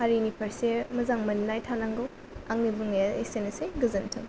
हारिनि फारसे मोजां मोननाय थानांगौ आंनि बुंनाया एसेनोसै गोजोन्थों